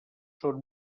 són